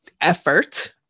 Effort